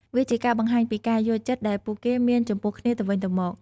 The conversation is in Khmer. វាជាការបង្ហាញពីការយល់ចិត្តដែលពួកគេមានចំពោះគ្នាទៅវិញទៅមក។